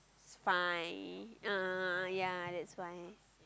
it's fine a'ah a'ah ya that's why